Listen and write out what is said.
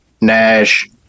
Nash